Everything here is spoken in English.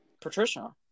Patricia